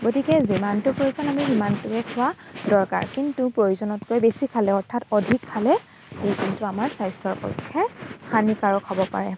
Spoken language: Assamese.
গতিকে যিমানটো পৰিমাণ আমি সিমানটোৱেই খোৱা দৰকাৰ কিন্তু প্ৰয়োজনতকৈ বেছি খালে অৰ্থাৎ অধিক খালে ই কিন্তু আমাৰ স্বাস্থ্যৰ পক্ষে হানিকাৰক হ'ব পাৰে